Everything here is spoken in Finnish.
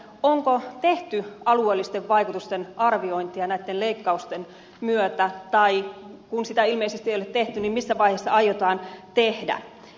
onko tehty alueellisten vaikutusten arviointia näitten leikkausten myötä tai kun sitä ilmeisesti ei ole tehty missä vaiheessa aiotaan tehdä